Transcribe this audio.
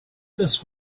this